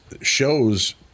shows